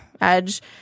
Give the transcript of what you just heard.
edge